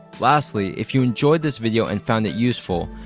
lastly, if you enjoyed this video and found it useful,